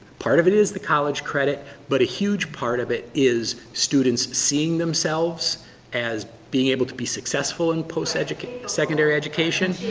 part of it is the college credit but a huge part of it is students seeing themselves as being able to be successful in post secondary education,